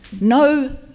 no